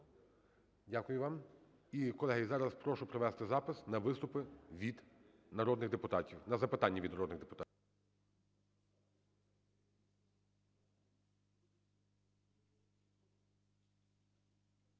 Дякую вам. І, колеги, зараз прошу провести записи на виступи від народних депутатів, на запитання від народних депутатів.